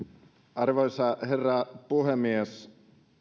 arvoisa herra puhemies